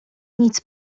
nic